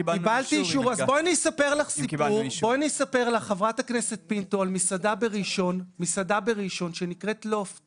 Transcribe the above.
בואי אני אספר לך על מסעדה בראשון שנקראת לופט